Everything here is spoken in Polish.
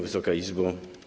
Wysoka Izbo!